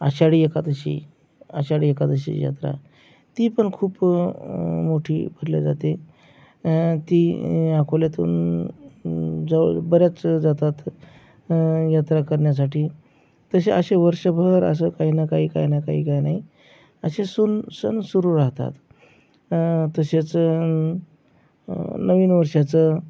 आषाढी एकादशी आषाढी एकादशी यात्रा ती पण खूप मोठी भरल्या जाते ती अकोल्यातून जवळ बऱ्याच जातात यात्रा करण्यासाठी तसे असे वर्षभर असं काही ना काही काही ना काही काही ना असे सण सण सुरू राहतात तसेच नवीन वर्षाचं